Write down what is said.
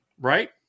right